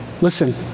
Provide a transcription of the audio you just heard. Listen